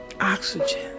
Oxygen